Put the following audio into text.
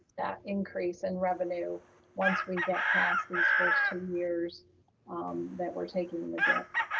that increase in revenue once we get past these first two years that we're taking the debt.